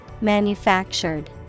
Manufactured